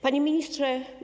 Panie Ministrze!